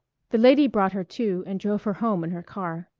the lady brought her to and drove her home in her car.